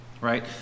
right